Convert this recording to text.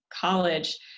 college